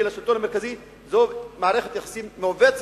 לשלטון המרכזי זו מערכת יחסים מעוותת.